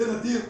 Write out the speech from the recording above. זה נדיר.